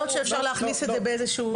שאפשר להכניס את זה באיזושהי צורה אחרת.